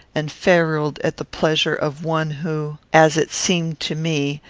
and feruled at the pleasure of one who, as it seemed to me,